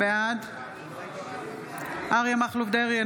בעד אריה מכלוף דרעי,